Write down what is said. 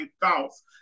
thoughts